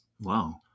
wow